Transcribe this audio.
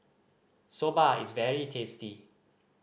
soba is very tasty